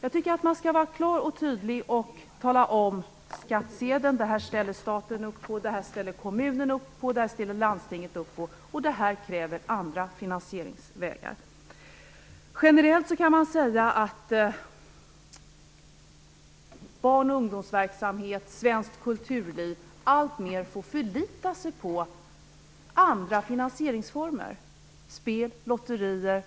Jag tycker att man skall vara klar och tydlig och tala om via skattsedeln att det här ställer staten upp på, det här ställer kommunen upp på, det här ställer landstinget upp på och det här kräver andra finansieringsvägar. Generellt kan man säga att barn och ungdomsverksamhet och svenskt kulturliv alltmer får förlita sig på andra finansieringsformer, t.ex. spel, lotterier och